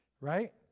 Right